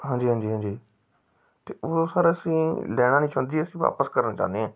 ਹਾਂਜੀ ਹਾਂਜੀ ਹਾਂਜੀ ਅਤੇ ਉਹ ਸਰ ਅਸੀਂ ਲੈਣਾ ਨਹੀਂ ਚਾਹੁੰਦੇ ਜੀ ਅਸੀਂ ਵਾਪਸ ਕਰਨਾ ਚਾਹੁੰਦੇ ਹਾਂ